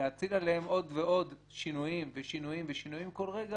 להטיל עליהם עוד ועוד שינויים ושנויים כל רגע,